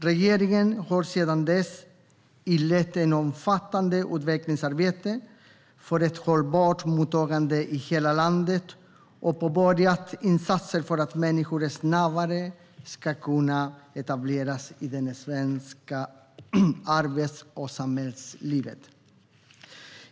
Regeringen har sedan dess inlett ett omfattande utvecklingsarbete för ett hållbart mottagande i hela landet och påbörjat insatser för att människor snabbare ska kunna etableras i det svenska arbets och samhällslivet.